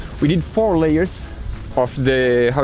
we did four layers of the.